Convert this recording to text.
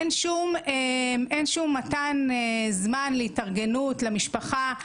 אין שום מתן זמן להתארגנות למשפחה.